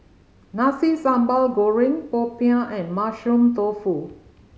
Nasi Sambal Goreng popiah and Mushroom Tofu